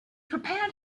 prepared